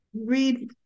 read